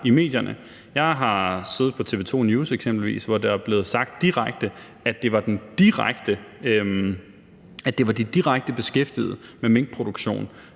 i medierne. Jeg har eksempelvis siddet på TV 2 News, hvor der er blevet sagt direkte, at det var de direkte beskæftigede med minkproduktion,